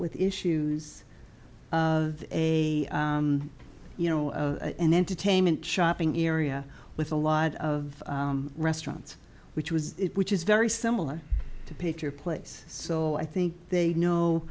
with issues a you know an entertainment shopping area with a lot of restaurants which was which is very similar to picture place so i think they know